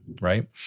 right